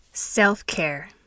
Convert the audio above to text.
Self-care